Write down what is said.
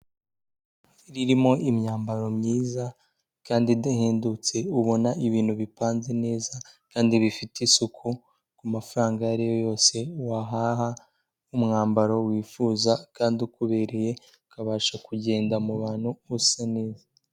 Ririmo imyambaro myiza kandi idahendutse ubona ibintu bipanze neza kandi bifite isuku ku mafaranga iyo ari yo yose wahaha nk'umwambaro wifuza kandi ukubereye ukabasha kugenda mu bantu usa neza.